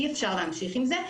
אי אפשר להמשיך עם זה.